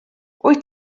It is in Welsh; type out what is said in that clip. wyt